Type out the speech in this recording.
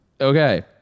Okay